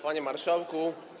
Panie Marszałku!